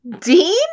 Dean